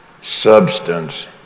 substance